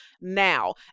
now